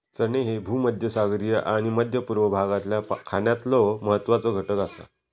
चणे ह्ये भूमध्यसागरीय आणि मध्य पूर्व भागातल्या खाण्यातलो महत्वाचो घटक आसा